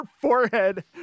forehead